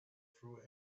through